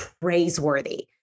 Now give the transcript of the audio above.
praiseworthy